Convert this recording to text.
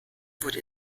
wurde